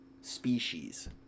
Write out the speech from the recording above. species